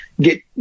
get